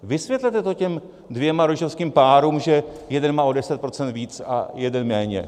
Vysvětlete to těm dvěma rodičovským párům, že jeden má o 10 % víc a jeden méně.